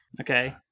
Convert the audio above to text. Okay